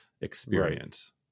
experience